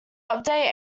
update